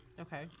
okay